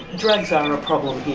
drugs are problem here,